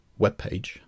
webpage